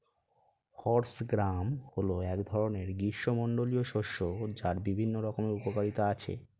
horse gram হল এক ধরনের গ্রীষ্মমণ্ডলীয় শস্য যার বিভিন্ন রকমের উপকারিতা আছে